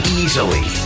easily